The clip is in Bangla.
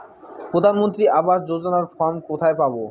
প্রধান মন্ত্রী আবাস যোজনার ফর্ম কোথায় পাব?